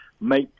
make